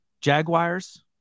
jaguars